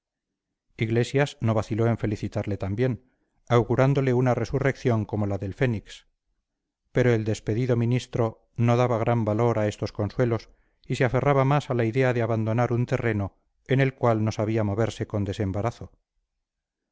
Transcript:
iglesias no vaciló en felicitarle también augurándole una resurrección como la del fénix pero el despedido ministro no daba gran valor a estos consuelos y se aferraba más a la idea de abandonar un terreno en el cual no sabía moverse con desembarazo